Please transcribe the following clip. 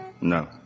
No